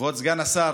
כבוד סגן השר,